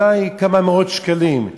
אולי כמה מאות שקלים,